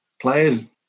players